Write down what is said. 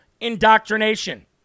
indoctrination